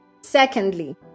Secondly